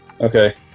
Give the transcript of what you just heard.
Okay